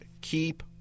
Keep